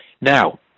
Now